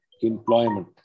employment